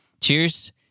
Cheers